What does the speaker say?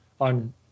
on